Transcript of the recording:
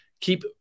keep